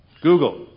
Google